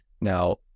Now